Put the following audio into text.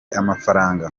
amafaranga